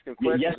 Yes